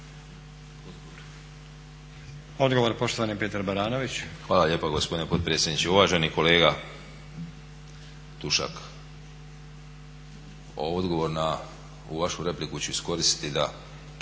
**Baranović, Petar (Reformisti)** Hvala lijepa gospodine potpredsjedniče. Uvaženi kolega Tušak, odgovor na ovu vašu repliku ću iskoristiti da